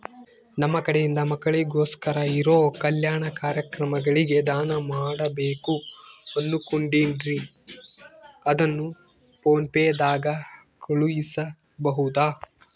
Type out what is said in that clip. ನಮ್ಮ ಕಡೆಯಿಂದ ಮಕ್ಕಳಿಗೋಸ್ಕರ ಇರೋ ಕಲ್ಯಾಣ ಕಾರ್ಯಕ್ರಮಗಳಿಗೆ ದಾನ ಮಾಡಬೇಕು ಅನುಕೊಂಡಿನ್ರೇ ಅದನ್ನು ಪೋನ್ ಪೇ ದಾಗ ಕಳುಹಿಸಬಹುದಾ?